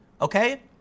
Okay